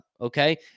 Okay